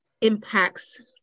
impacts